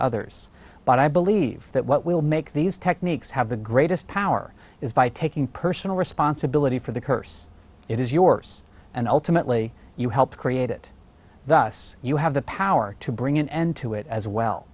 others but i believe that what will make these techniques have the greatest power is by taking personal responsibility for the curse it is yours and ultimately you helped create it thus you have the power to bring an end to it as well